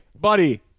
buddy